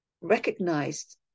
recognized